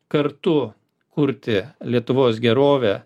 kartu kurti lietuvos gerovę